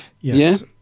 Yes